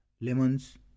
lemons